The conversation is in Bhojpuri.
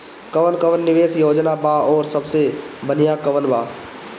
कवन कवन निवेस योजना बा और सबसे बनिहा कवन बा?